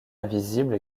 invisible